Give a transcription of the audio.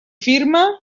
firma